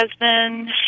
husband